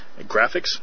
Graphics